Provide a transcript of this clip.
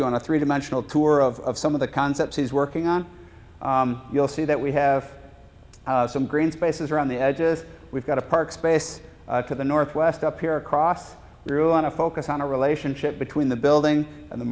you on a three dimensional tour of some of the concepts he's working on you'll see that we have some green spaces around the edges we've got a park space to the northwest up here across through on a focus on a relationship between the building and the